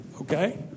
Okay